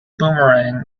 boomerang